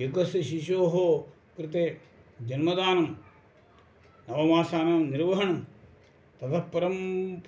एकस्य शिशोः कृते जन्मदानं नवमासानां निर्वहणं ततः परं